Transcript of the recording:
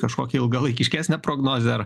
kažkokią ilgalaikiškesnę prognozę ar